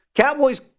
Cowboys